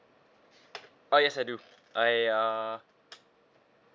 oh yes I do I uh